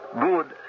Good